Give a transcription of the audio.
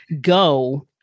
go